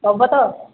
ଦେବ ତ